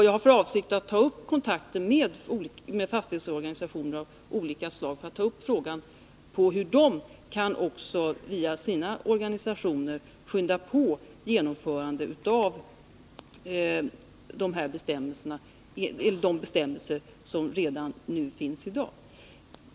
Jag har för avsikt att ta upp kontakter med fastighetsorganisationer av olika slag för att höra efter hur också de skall kunna skynda på anpassningen till de bestämmelser som finns redan i dag.